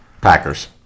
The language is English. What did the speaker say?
Packers